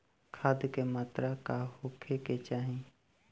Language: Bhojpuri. खाध के मात्रा का होखे के चाही?